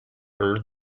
heard